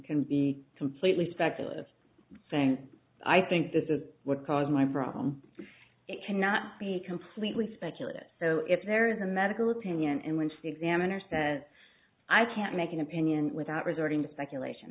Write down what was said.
can be completely speculative saying i think this is what caused my problem it cannot be completely speculative so if there is a medical opinion in which the examiner says i can't make an opinion without resorting to speculation